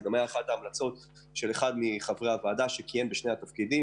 זו הייתה המלצת אחד מחברי הוועדה שכיהן בשני התפקידים,